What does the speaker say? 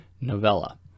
novella